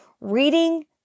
Reading